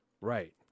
Right